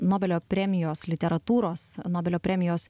nobelio premijos literatūros nobelio premijos